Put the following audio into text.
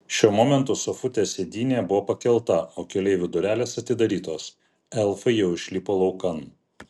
šiuo momentu sofutės sėdynė buvo pakelta o keleivių durelės atidarytos elfai jau išlipo laukan